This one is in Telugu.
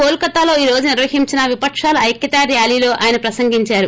కోల్కతాలో ఈ రోజు నిర్వహించిన విపకాల ఐక్వతా ర్యాలీలో ఆయన ప్రసంగిందారు